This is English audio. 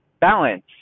balance